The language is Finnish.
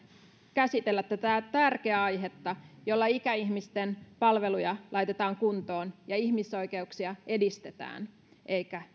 käsitellä tätä tärkeää aihetta jolla ikäihmisten palveluja laitetaan kuntoon ja ihmisoikeuksia edistetään eikä